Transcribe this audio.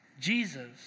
Jesus